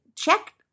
Check